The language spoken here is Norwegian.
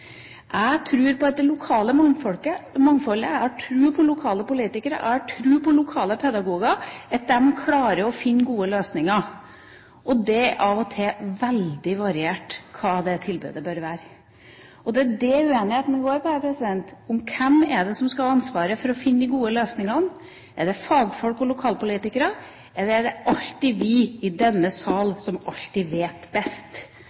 Jeg tror på det lokale mangfoldet. Jeg har tro på lokale politikere. Jeg har tro på lokale pedagoger – at de klarer å finne gode løsninger. Det er av og til veldig variert hva det tilbudet bør være. Det er det uenigheten går på. Hvem er det som skal ha ansvaret for å finne de gode løsningene? Er det fagfolk og lokalpolitikere, eller er det vi i denne sal som alltid vet best?